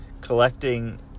collecting